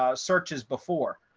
ah searches before.